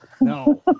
No